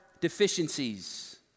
deficiencies